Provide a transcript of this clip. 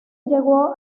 llegó